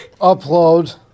Upload